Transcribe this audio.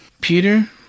Peter